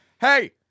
hey